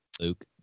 Luke